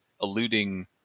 alluding